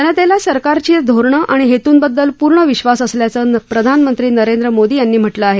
जनतेला सरकारच्या धोरणं आणि हेतूंबद्दल पूर्ण विश्वास असल्याचं प्रधानमंत्री नरेंद्र मोदी यांनी म्हटलं आहे